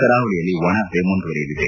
ಕರಾವಳಿಯಲ್ಲಿ ಒಣಹವೆ ಮುಂದುವರಿಯಲಿದೆ